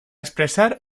expresar